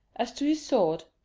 as to his sword,